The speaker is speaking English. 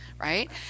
right